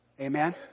Amen